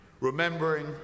Remembering